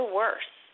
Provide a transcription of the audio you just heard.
worse